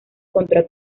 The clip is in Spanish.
contra